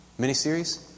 miniseries